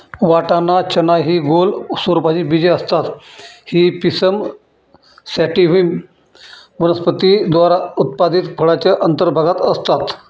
वाटाणा, चना हि गोल स्वरूपाची बीजे असतात ही पिसम सॅटिव्हम वनस्पती द्वारा उत्पादित फळाच्या अंतर्भागात असतात